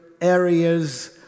areas